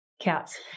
cats